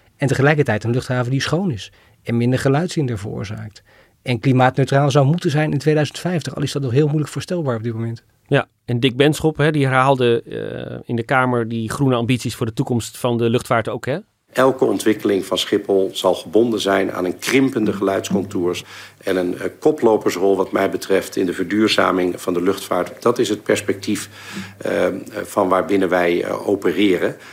En tegelijkertijd een luchthaven die schoon is en minder geluidshinder veroorzaakt en klimaatneutraal zou moeten zijn in 2050, al is dat nog heel moeilijk voorstelbaar op dit moment. Ja, en Dick Benschop, hè, die herhaalde, eh, in de Kamer die groene ambities voor de toekomst van de luchtvaart ook, hè? Elke ontwikkeling van Schiphol zal gebonden zijn aan een krimpende geluidscontours en een, eh, koplopersrol wat mij betreft in de verduurzaming van de luchtvaart. Dat is het perspectief, eh, van waarbinnen wij, eh, opereren.